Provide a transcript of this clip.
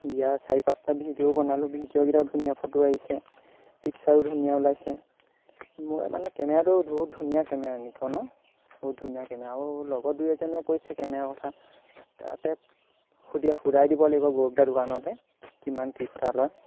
বিয়া চাৰি পাঁচটা ভিডিঅ' বনালোঁ ভিডিঅ'কেইটাও ধুনীয়া ফটো আহিছে পিক্সাৰো ধুনীয়া ওলাইছে মই মানে কেমেৰাটো বহুত ধুনীয়া কেমেৰা নিকনৰ বহুত ধুনীয়া কেমেৰা আৰু লগৰ দুই এজনেও কৈছে কেমেৰাৰ কথা ততে সুধি সুধাই দিব লাগিব গৌৰৱ দাৰ দোকানতে কিমান কি কথা লয়